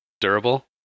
durable